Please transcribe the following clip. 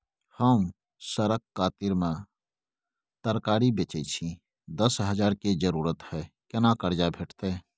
हम सरक कातिक में तरकारी बेचै छी, दस हजार के जरूरत हय केना कर्जा भेटतै?